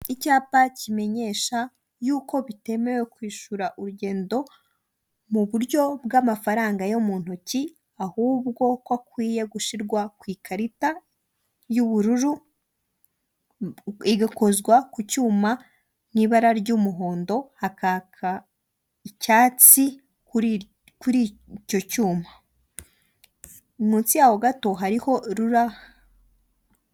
Icyapa kimenyesha yuko bitemewe kwishura urugendo mu buryo bw'amafaranga yo mu ntoki ahubwo ko akwiye gushirwa ku ikarita y'ubururu igakozwa ku cyuma nk'ibara ry'umuhondo hakaka icyatsi kuri icyo cyuma munsi yaho gato hariho rura.